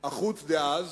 החוץ דאז